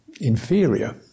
inferior